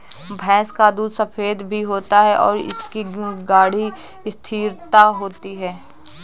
भैंस का दूध सफेद भी होता है और इसकी गाढ़ी स्थिरता होती है